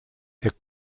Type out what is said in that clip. der